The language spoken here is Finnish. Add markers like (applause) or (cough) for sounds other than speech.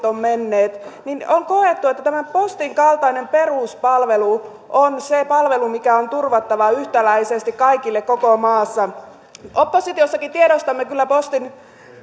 (unintelligible) ovat menneet niin on koettu että tämä postin kaltainen peruspalvelu on se palvelu mikä on turvattava yhtäläisesti kaikille koko maassa oppositiossakin tiedostamme kyllä postin